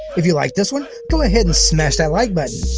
if you liked this one, go ahead and smash that like button.